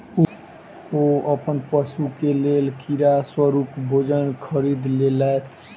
ओ अपन पशु के लेल कीड़ा स्वरूप भोजन खरीद लेलैत